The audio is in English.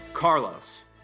Carlos